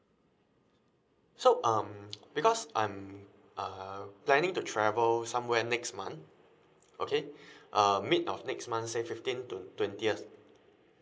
so um because I'm uh planning to travel somewhere next month okay uh mid of next month say fifteen to twentieth